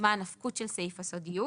מה הנפקות של סעיף הסודיות